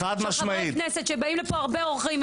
שחברי כנסת שבאים לפה הרבה אורחים,